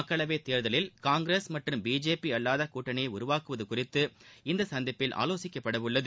மக்களவைத்தேர்தலில் காங்கிரஸ் மற்றும் பிஜேபி அல்லாத கூட்டணியை உருவாக்குவது குறித்து இந்த சந்திப்பில் ஆலோசிக்கப்படவுள்ளது